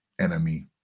enemy